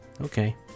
Okay